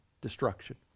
destruction